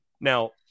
now